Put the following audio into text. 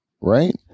Right